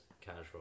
casual